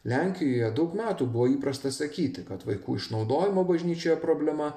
lenkijoje daug metų buvo įprasta sakyti kad vaikų išnaudojimo bažnyčioje problema